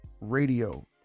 radio